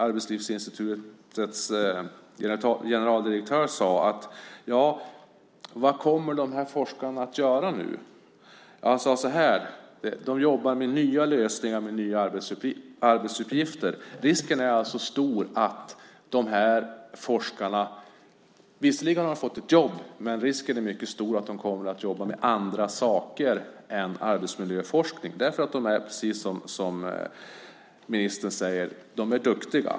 Arbetslivsinstitutets generaldirektör sade att de jobbar med nya lösningar och med nya arbetsuppgifter. Forskarna har visserligen fått jobb, men risken är stor att de kommer att jobba med andra saker än arbetsmiljöforskning. Det är ju precis som ministern säger, nämligen att de är duktiga.